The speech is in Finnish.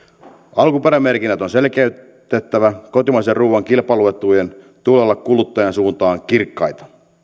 alkuperämerkinnät on selkeytettävä kotimaisen ruuan kilpailuetujen tulee olla kuluttajan suuntaan kirkkaita